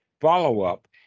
follow-up